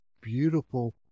beautiful